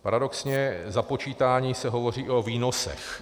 Paradoxně, započítání se hovoří i o výnosech.